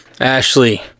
Ashley